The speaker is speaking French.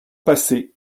passer